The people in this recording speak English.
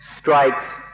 strikes